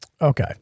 Okay